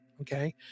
okay